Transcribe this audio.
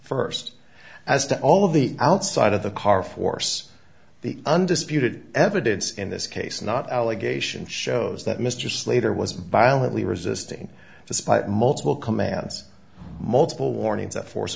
st as to all of the outside of the car force the undisputed evidence in this case not allegation shows that mr slater was violently resisting despite multiple commands multiple warnings of force